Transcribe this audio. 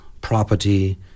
property